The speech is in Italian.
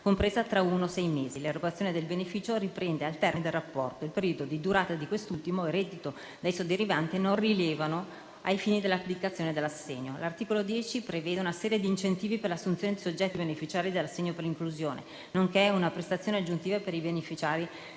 compresa tra uno e sei mesi. L'erogazione del beneficio riprende al termine del rapporto. Il periodo di durata di quest'ultimo e il reddito da esso derivante non rilevano ai fini dell'applicazione dell'assegno. L'articolo 10 prevede una serie di incentivi per l'assunzione di soggetti beneficiari dell'assegno per l'inclusione nonché una prestazione aggiuntiva per i beneficiari